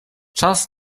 czas